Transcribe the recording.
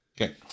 Okay